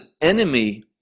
enemy